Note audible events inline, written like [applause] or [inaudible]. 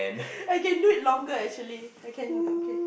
[laughs] I can do it longer actually I can I can